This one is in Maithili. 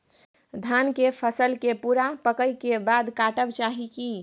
धान के फसल के पूरा पकै के बाद काटब चाही की?